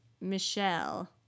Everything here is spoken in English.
Michelle